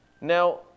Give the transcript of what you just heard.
Now